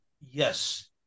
Yes